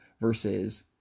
versus